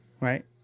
Right